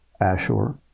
Ashur